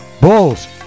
Bulls